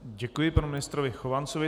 Děkuji panu ministrovi Chovancovi.